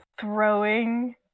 throwing